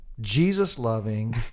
Jesus-loving